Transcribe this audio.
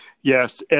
Yes